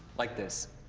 like this.